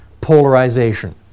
polarization